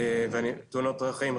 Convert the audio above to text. תאונת דרכים,